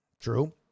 True